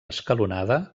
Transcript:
escalonada